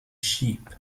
sheep